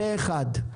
פה אחד.